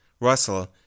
Russell